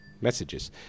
messages